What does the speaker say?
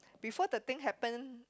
before the thing happen